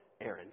Aaron